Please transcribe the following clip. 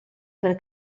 per